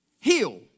heal